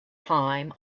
time